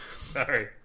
Sorry